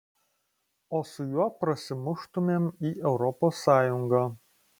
o su juo prasimuštumėm į europos sąjungą